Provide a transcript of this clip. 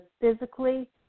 physically